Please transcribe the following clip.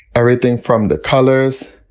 everything from the colors,